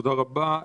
תודה רבה.